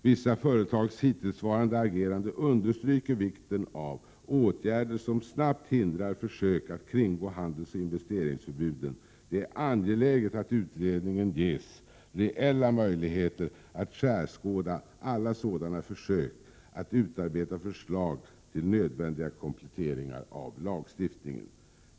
Vissa företags agerande hittills understryker vikten av åtgärder som snabbt hindrar försök att kringgå handelsoch investeringsförbuden. Det är angeläget att utredningen ges reella möjligheter att skärskåda alla sådana försök och att utarbeta förslag till nödvändiga kompletteringar av lagstiftningen.